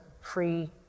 free